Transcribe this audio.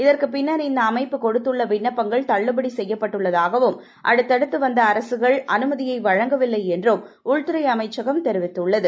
இதற்குப் பின்னர் இந்த அமைப்பு கொடுத்துள்ள விண்ணப்பங்கள் தள்ளுபடி செய்யப்பட்டாகவும் அடுத்தடுத்து வந்த அரசுகள் அனுமதியை வழங்கவில்லை என்றும் உள்துறை அமைச்சகம் தெரிவித்துள்ளது